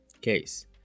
case